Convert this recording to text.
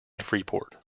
freeport